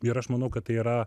ir aš manau kad tai yra